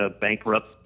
bankrupt